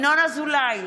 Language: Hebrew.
ינון אזולאי,